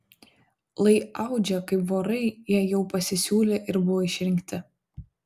lai audžia kaip vorai jei jau pasisiūlė ir buvo išrinkti